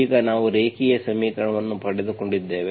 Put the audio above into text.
ಈಗ ನಾವು ರೇಖೀಯ ಸಮೀಕರಣವನ್ನು ಪಡೆದುಕೊಂಡಿದ್ದೇವೆ